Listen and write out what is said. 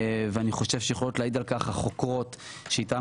אני חושב שיכולות להעיד על כך החוקרות שאתן